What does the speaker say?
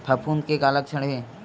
फफूंद के का लक्षण हे?